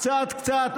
קצת קצת,